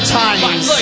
times